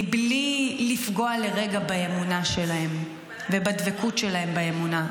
מבלי לפגוע לרגע באמונה שלהם ובדבקות שלהם באמונה.